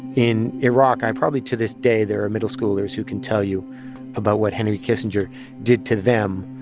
in iraq, i probably to this day, there are middle-schoolers who can tell you about what henry kissinger did to them,